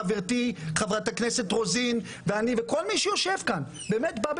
חברתי חברת הכנסת רוזין ואני וכל מי שיושב כאן באמת בא במטרה: